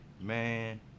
Man